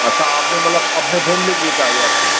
अच्छा आपने मतलब अपने फैमिली के लिए चाहिए आपको